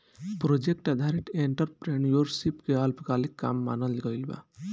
project आधारित entrepreneurship के अल्पकालिक काम मानल गइल बा